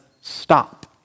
stop